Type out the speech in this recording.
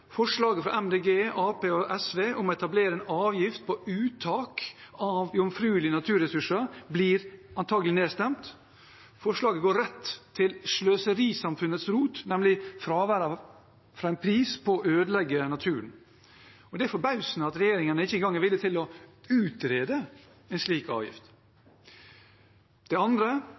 forslaget fra Miljøpartiet De Grønne, Arbeiderpartiet og SV om å etablere en avgift på uttak av jomfruelige naturressurser antakelig blir nedstemt. Forslaget går rett til sløserisamfunnets rot, nemlig fravær av en pris på å ødelegge naturen. Det er forbausende at regjeringen ikke engang er villig til å utrede en slik avgift. Det andre